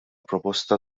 proposta